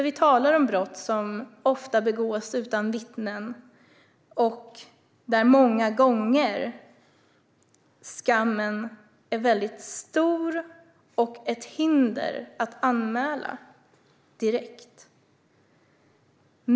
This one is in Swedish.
Vi talar om brott som ofta begås utan vittnen och där skammen många gånger är väldigt stor och ett hinder för att anmäla direkt.